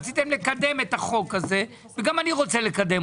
רציתם לקדם את החוק הזה וגם אני רוצה לקדמו